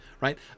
right